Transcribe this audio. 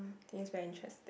think is very interesting